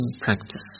practice